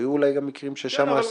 היו אולי גם מקרים ששם עשו פחות,